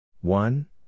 one